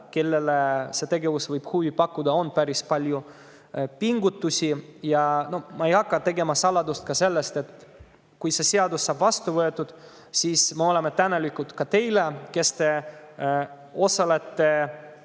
kellele see tegevus võib huvi pakkuda, on [vaja teha] päris palju pingutusi. Ma ei hakka tegema saladust ka sellest, et kui see seadus saab vastu võetud, siis me oleme tänulikud ka teile, kes te osalete,